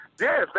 Yes